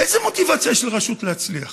ואיזו מוטיבציה יש לרשות להצליח?